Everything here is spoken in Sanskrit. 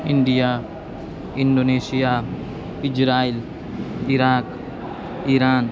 India Indonesia Israel Iraq Iran